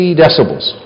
decibels